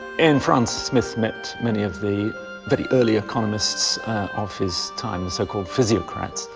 in france, smith met many of the very early economists of his time, so-called physiocrats.